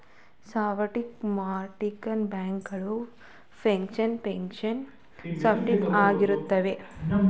stock marketing, banking finance finance sources ಆಗಿವೆ